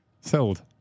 Sold